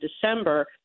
December